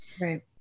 right